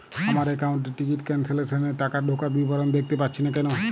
আমার একাউন্ট এ ticket cancellation এর টাকা ঢোকার বিবরণ দেখতে পাচ্ছি না কেন?